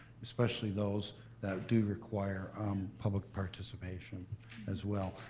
especially those that do require public participation as well.